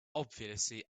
obviously